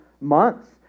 months